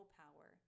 power